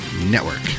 Network